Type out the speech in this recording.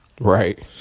Right